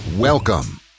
Welcome